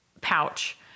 pouch